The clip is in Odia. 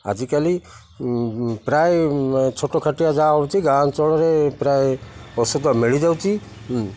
ଆଜିକାଲି ପ୍ରାୟ ଛୋଟ କାଟିଆ ଯାହା ହେଉଛି ଗାଁ ଅଞ୍ଚଳରେ ପ୍ରାୟ ଔଷଧ ମିଳିଯାଉଛି